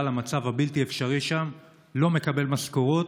המצב הבלתי-אפשרי שם לא מקבל משכורות.